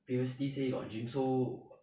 previously say you got gym so